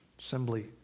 assembly